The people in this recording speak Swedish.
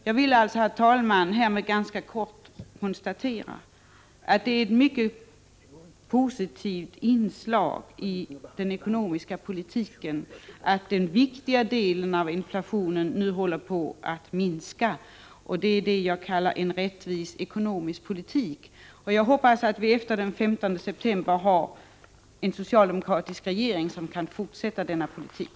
Jag vill alltså, herr talman, härmed kort konstatera att det är ett mycket positivt inslag i den ekonomiska politiken att den viktiga delen av inflationen nu håller på att minska, och det är detta jag kallar en rättvis ekonomisk politik. Jag hoppas att vi efter den 15 september har en socialdemokratisk regering som kan fortsätta denna politik.